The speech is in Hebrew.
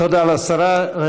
תודה לשרה.